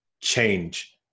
change